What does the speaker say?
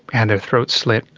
and their throats slit,